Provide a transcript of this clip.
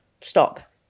stop